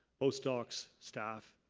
post docs, staff.